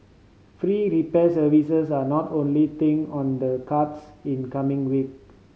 free repair services are not only thing on the cards in coming week